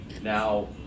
Now